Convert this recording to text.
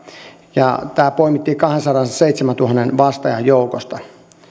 ja tämä poimittiin kahdensadanseitsemäntuhannen vastaajan joukosta